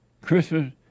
Christmas